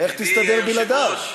איך תסתדר בלעדיו?